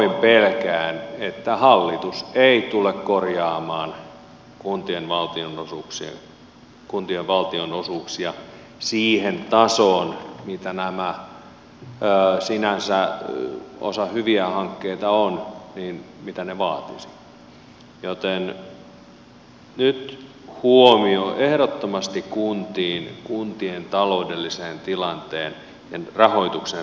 pahoin pelkään että hallitus ei tule korjaamaan kuntien valtionosuuksia siihen tasoon mitä ne sinänsä osa on hyviä hankkeita vaatisivat joten nyt huomio ehdottomasti kuntien taloudelliseen tilanteeseen ja rahoituksen riittävyyteen